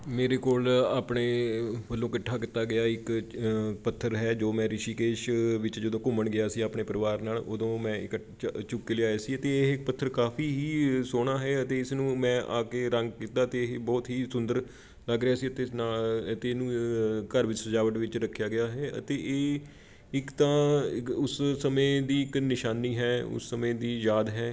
ਮੇਰੇ ਕੋਲ ਆਪਣੇ ਵੱਲੋਂ ਇਕੱਠਾ ਕੀਤਾ ਗਿਆ ਇੱਕ ਪੱਥਰ ਹੈ ਜੋ ਮੈਂ ਰਿਸ਼ੀਕੇਸ਼ ਵਿੱਚ ਜਦੋਂ ਘੁੰਮਣ ਗਿਆ ਸੀ ਆਪਣੇ ਪਰਿਵਾਰ ਨਾਲ ਉਦੋਂ ਮੈਂ ਇੱਕੱ ਚ ਚੁੱਕ ਕੇ ਲਿਆਇਆ ਸੀ ਅਤੇ ਇਹ ਪੱਥਰ ਕਾਫੀ ਹੀ ਅ ਸੋਹਣਾ ਹੈ ਅਤੇ ਇਸ ਨੂੰ ਮੈਂ ਆ ਕੇ ਰੰਗ ਕੀਤਾ ਅਤੇ ਇਹ ਬਹੁਤ ਹੀ ਸੁੰਦਰ ਲੱਗ ਰਿਹਾ ਸੀ ਅਤੇ ਇਸ ਨਾਲ ਅਤੇ ਇਹਨੂੰ ਘਰ ਵਿੱਚ ਸਜਾਵਟ ਵਿੱਚ ਰੱਖਿਆ ਗਿਆ ਹੈ ਅਤੇ ਇਹ ਇੱਕ ਤਾਂ ਗ ਉਸ ਸਮੇਂ ਦੀ ਇੱਕ ਨਿਸ਼ਾਨੀ ਹੈ ਉਸ ਸਮੇਂ ਦੀ ਯਾਦ ਹੈ